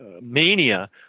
mania